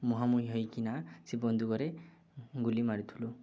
ମୁହାଁମୁହିଁ ହୋଇକିନା ସେ ବନ୍ଧୁକରେ ଗୁଲି ମାରୁଥୁଲୁ